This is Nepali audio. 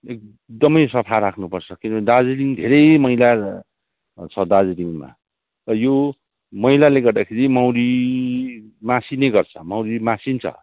एकदमै सफा राख्नुपर्छ किनभने दार्जिलिङ धेरै मैला छ दार्जिलिङमा त यो मैलाले गर्दाखेरि मौरी मासिने गर्छ मौरी मासिन्छ